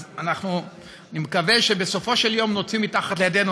אז אני מקווה שבסופו של יום נוציא מתחת לידינו